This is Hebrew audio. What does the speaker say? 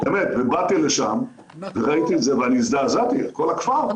באתי לשם וראיתי את זה והזדעזעתי כל הכפר,